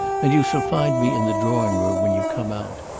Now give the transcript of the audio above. and you shall find me in the drawing-room when you come out.